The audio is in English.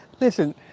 Listen